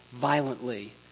violently